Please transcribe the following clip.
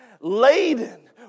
laden